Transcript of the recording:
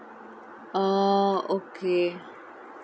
oh okay